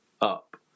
up